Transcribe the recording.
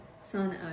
son